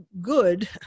good